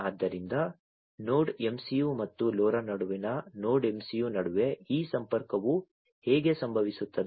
ಆದ್ದರಿಂದ node MCU ಮತ್ತು LoRa ನಡುವಿನ ನೋಡ್ MCU ನಡುವೆ ಈ ಸಂಪರ್ಕವು ಹೇಗೆ ಸಂಭವಿಸುತ್ತದೆ